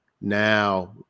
now